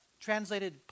translated